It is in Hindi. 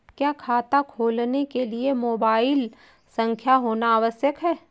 क्या खाता खोलने के लिए मोबाइल संख्या होना आवश्यक है?